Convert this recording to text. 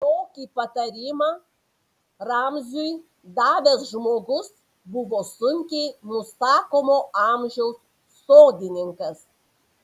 tokį patarimą ramziui davęs žmogus buvo sunkiai nusakomo amžiaus sodininkas